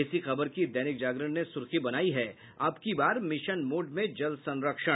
इसी खबर का दैनिक जागरण ने सुर्खी बनायी है अबकी बार मिशन मोड संरक्षण